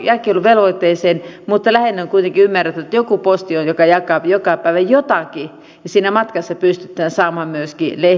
lähinnä on kuitenkin ymmärrettävä että joku posti on joka jakaa joka päivä jotakin ja siinä matkassa pystytään saamaan myöskin lehti kotiin